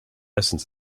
essence